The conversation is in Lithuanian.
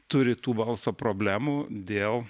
turi tų balso problemų dėl